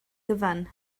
gyfan